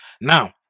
Now